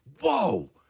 Whoa